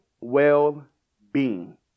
well-being